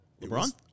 LeBron